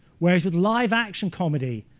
whereas with live action comedy,